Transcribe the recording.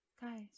guys